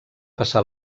passar